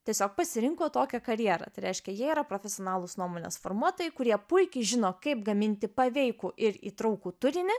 tiesiog pasirinko tokią karjerą tai reiškia jie yra profesionalūs nuomonės formuotojai kurie puikiai žino kaip gaminti paveikų ir įtraukų turinį